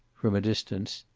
from a distance.